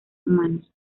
humanos